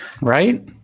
right